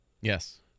Yes